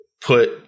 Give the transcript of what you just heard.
put